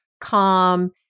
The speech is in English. calm